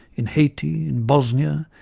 in haiti, in bosnia,